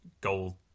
gold